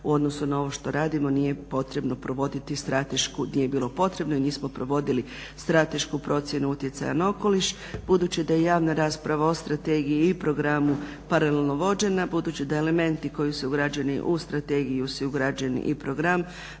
potrebno provoditi stratešku nije bilo potrebno i nismo provodili stratešku procjenu utjecaja na okoliš. Budući da je javna rasprava o strategiji i programu paralelno vođena, budući da je elementi koji su ugrađeni u strategiju su ugrađeni